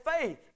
faith